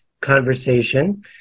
conversation